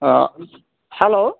অঁ হেল্ল'